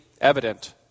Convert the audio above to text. evident